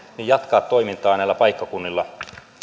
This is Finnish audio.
voitaisiinko jatkaa toimintaa näillä paikkakunnilla